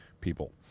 people